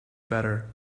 better